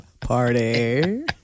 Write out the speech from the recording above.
Party